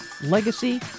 legacy